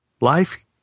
Life